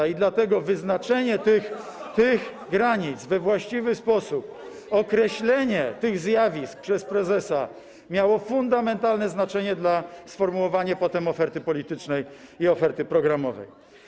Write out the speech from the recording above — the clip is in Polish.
I dlatego wyznaczenie tych granic we właściwy sposób, określenie tych zjawisk przez prezesa miało fundamentalne znaczenie dla sformułowania potem oferty politycznej i oferty programowej.